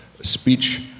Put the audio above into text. speech